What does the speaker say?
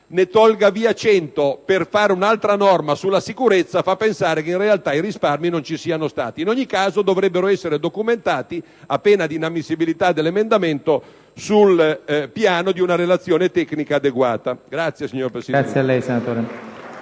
ne tolga la metà per finanziare un'altra norma sulla sicurezza fa pensare che in realtà i risparmi non ci siano stati. In ogni caso, questi dovrebbero essere documentati, a pena di inammissibilità dell'emendamento, con una relazione tecnica adeguata. *(Applausi dai Gruppi PD e